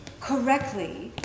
correctly